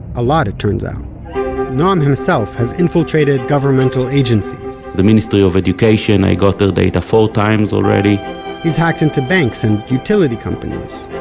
a lot, it turns out noam himself has infiltrated governmental agencies, the ministry of education. i got their data four times already he's hacked into banks, and utility companies,